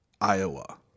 Iowa